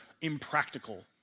impractical